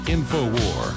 Infowar